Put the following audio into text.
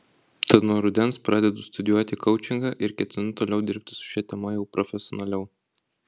tad nuo rudens pradedu studijuoti koučingą ir ketinu toliau dirbti su šia tema jau profesionaliau